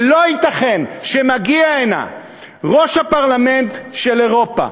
ולא ייתכן שמגיע הנה ראש הפרלמנט של אירופה,